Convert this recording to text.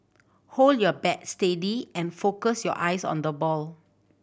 hold your bat steady and focus your eyes on the ball